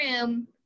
room